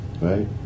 Right